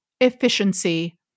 efficiency